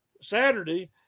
Saturday